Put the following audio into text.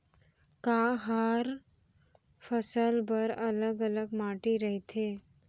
का हर फसल बर अलग अलग माटी रहिथे?